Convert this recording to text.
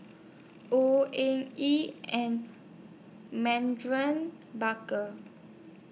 Au Ng Yee and Baker